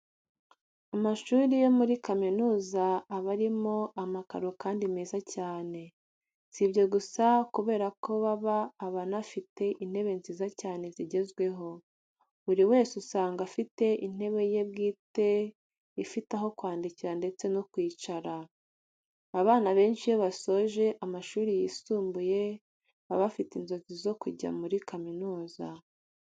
Amashuri yo muri kaminuza aba arimo amakaro kandi meza cyane. Si ibyo gusa kubera ko baba aba anafite intebe nziza cyane zigezweho. Buri wese usanga afite intebe ye bwite ifite aho kwandikira ndetse no kwicara. Abana benshi iyo basoje amashuri yisumbuye baba bafite inzozi zo kujya muri kaminuza.